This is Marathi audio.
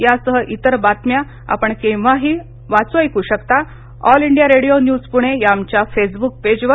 यासह इतर बातम्या आपण केव्हाही वाचू ऐकू शकता All India Radio News Pune या आमच्या फेसबुक पेजवर